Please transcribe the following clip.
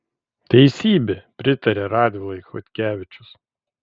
teisybė pritaria radvilai chodkevičius